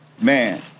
man